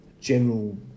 general